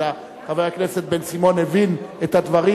אלא חבר הכנסת בן-סימון הבין את הדברים,